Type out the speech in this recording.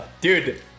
Dude